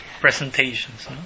presentations